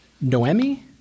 noemi